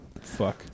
Fuck